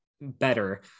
better